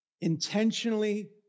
intentionally